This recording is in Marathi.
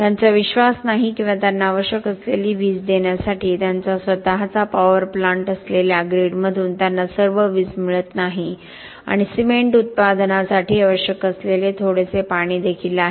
त्यांचा विश्वास नाही किंवा त्यांना आवश्यक असलेली वीज देण्यासाठी त्यांचा स्वतःचा पॉवर प्लांट असलेल्या ग्रीडमधून त्यांना सर्व वीज मिळत नाही आणि सिमेंट उत्पादनासाठी आवश्यक असलेले थोडेसे पाणी देखील आहे